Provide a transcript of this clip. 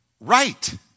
right